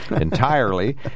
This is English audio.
entirely